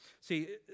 see